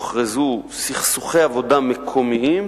הוכרזו סכסוכי עבודה מקומיים,